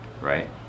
right